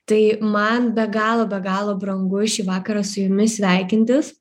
tai man be galo be galo brangu šį vakarą su jumis sveikintis